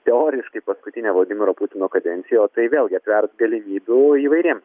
teoriškai paskutinė vladimiro putino kadencija o tai vėlgi atvers galimybių įvairiem